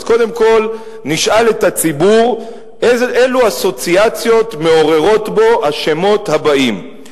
אז קודם כול נשאל את הציבור אילו אסוציאציות מעוררים בו השמות הבאים: